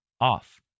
off